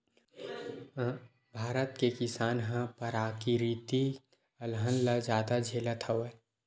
भारत के किसान ह पराकिरितिक अलहन ल जादा झेलत हवय